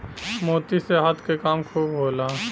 मोती से हाथ के काम खूब होला